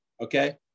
Okay